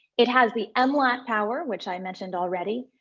it has the and mlat power, which i mentioned already,